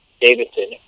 Davidson